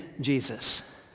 Jesus